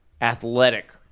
athletic